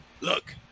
look